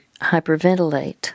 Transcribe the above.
hyperventilate